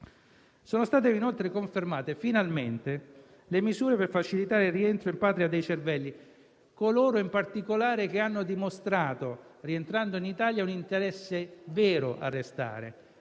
Sono state inoltre finalmente confermate le misure per facilitare il rientro in patria dei cervelli, in particolare di coloro che hanno dimostrato, rientrando in Italia, un interesse vero a restare,